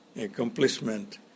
accomplishment